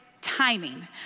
timing